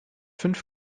fünf